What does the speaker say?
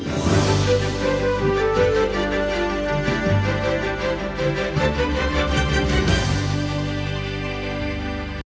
Дякую